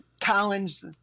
Collins